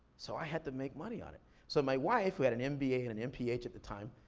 so i had to make money on it. so my wife, who had an mba and an mph at the time,